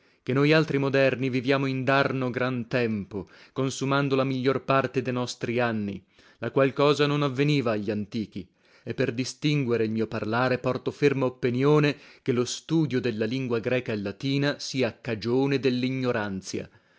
che noi altri moderni viviamo indarno gran tempo consumando la miglior parte de nostri anni la qual cosa non avveniva agli antichi e per distinguere il mio parlare porto ferma oppenione che lo studio della lingua greca e latina sia cagione